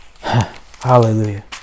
Hallelujah